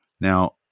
Now